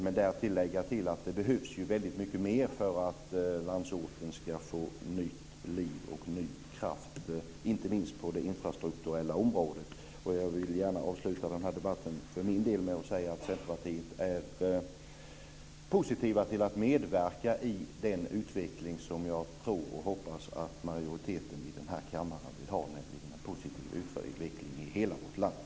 Men där vill jag lägga till att det behövs väldigt mycket mer för att landsorten ska få nytt liv och ny kraft, inte minst på det infrastrukturella området, och jag vill gärna avsluta den här debatten för min del med att säga att vi i Centerpartiet är positiva till att medverka i den utveckling som jag tror och hoppas att majoriteten i den här kammaren vill ha, nämligen en positiv utveckling i hela vårt land.